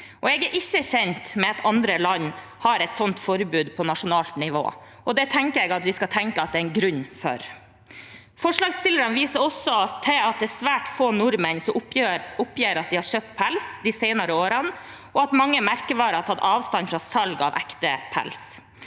Jeg er ikke kjent med at andre land har et sånt forbud på nasjonalt nivå, og det tenker jeg det er en grunn til. Forslagsstillerne viser også til at svært få nordmenn oppgir at de har kjøpt pels de senere årene, og at mange merkevarer har tatt avstand fra salg av ekte pels.